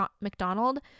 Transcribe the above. McDonald